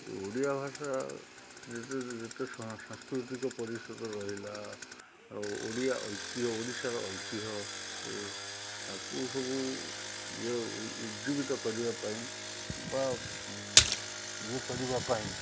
ଏ ଓଡ଼ିଆ ଭାଷା ଯେତେ ଯେତେ ସାଂସ୍କୃତିକ ପରିଶୋଧ ରହିଲା ଆଉ ଓଡ଼ିଆ ଐତିହ୍ୟ ଓଡ଼ିଶାର ଐତିହ୍ୟ ତାକୁ ସବୁ ଇଏ ଉଜ୍ଜୀବିତ କରିବା ପାଇଁ ବା ଇଏ କରିବା ପାଇଁ